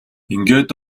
ингээд